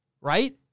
right